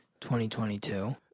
2022